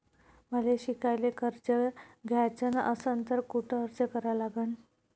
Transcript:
मले शिकायले कर्ज घ्याच असन तर कुठ अर्ज करा लागन?